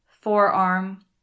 forearm